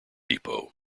depot